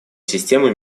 системы